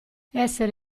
essere